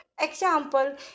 Example